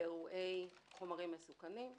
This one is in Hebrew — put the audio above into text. לאירועי חומרים מסוכנים.